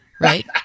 right